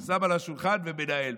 שם על השולחן ומנהל.